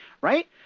right